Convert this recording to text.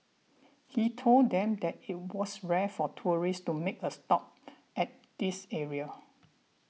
he told them that it was rare for tourists to make a stop at this area